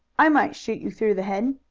i might shoot you through the head.